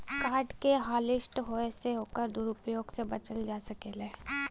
card के hotlist होये से ओकर दुरूप्रयोग से बचल जा सकलै